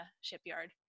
shipyard